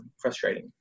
frustrating